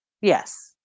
Yes